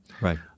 Right